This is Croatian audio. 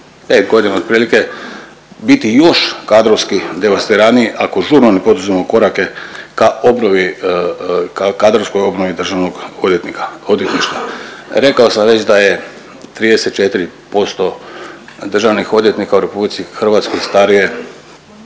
5.g. otprilike biti još kadrovski devastiraniji ako žurno ne poduzmemo korake ka obnovi, kadrovskoj obnovi državnog odvjetnika, odvjetništva. Rekao sam već da je 34% državnih odvjetnika u RH starije